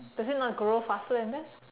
does it not grow faster than that